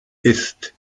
ist